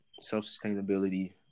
Self-sustainability